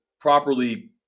properly